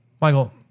Michael